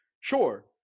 sure